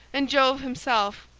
and jove himself,